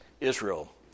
Israel